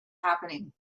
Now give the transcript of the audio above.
happening